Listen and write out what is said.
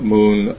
Moon